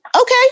okay